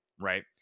right